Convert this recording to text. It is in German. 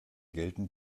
gelten